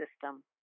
system